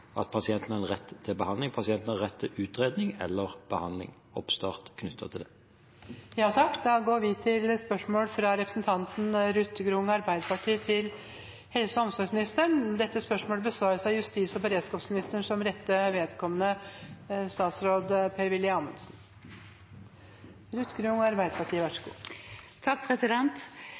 at pasienten har rett til behandling. Pasienten har rett til utredning eller behandling – oppstart knyttet til det. Vi går da til spørsmål 9. Dette spørsmålet, fra representanten Ruth Grung til helse- og omsorgsministeren, vil bli besvart av justis- og beredskapsministeren som rette vedkommende.